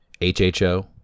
HHO